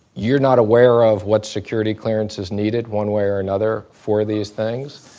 you're not aware of what security clearance is needed one way or another for these things.